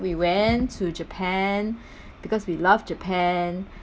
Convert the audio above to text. we went to japan because we love japan